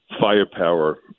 firepower